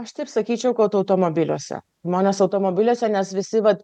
aš taip sakyčiau kad automobiliuose žmonės automobiliuose nes visi vat